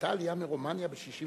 היתה עלייה מרומניה ב-1965?